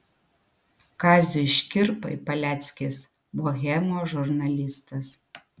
kaziui škirpai paleckis bohemos žurnalistas